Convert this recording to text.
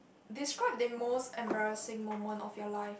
describe the most embarrassing moment of your life